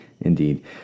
Indeed